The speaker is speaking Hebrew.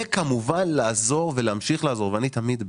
וכמובן לעזור ולהמשיך לעזור, ואני תמיד בעד,